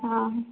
ಆಂ